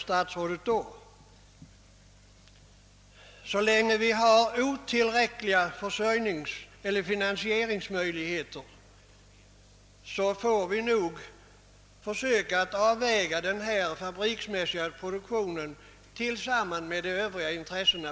Så länge vi har otillräckliga finansieringsmöjligheter får vi nog försöka att på ett lämpligt sätt avväga den fabriksmässiga produktionen inom jordbruket mot övriga intressen.